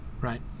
right